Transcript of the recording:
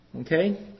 Okay